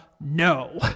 no